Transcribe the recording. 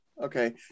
okay